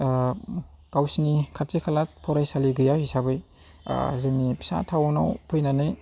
गावसिनि खाथि खाला फरायसालि गैया हिसाबै जोंनि फिसा टाउनाव फैनानै